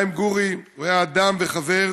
חיים גורי היה אדם וחבר,